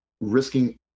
risking